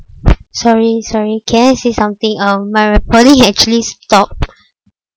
sorry sorry can I say something um my recording actually stopped